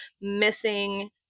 missing